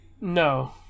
no